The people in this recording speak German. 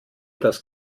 das